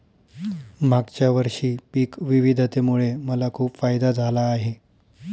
मागच्या वर्षी पिक विविधतेमुळे मला खूप फायदा झाला आहे